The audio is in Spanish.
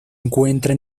encuentra